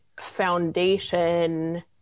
foundation